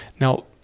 Now